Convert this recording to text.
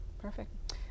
Perfect